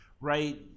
right